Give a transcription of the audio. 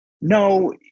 No